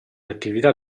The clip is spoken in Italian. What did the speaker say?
attività